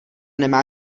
nemá